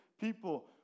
people